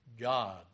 God